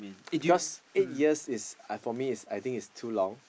because eight years is uh for me I think is too long